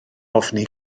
ofni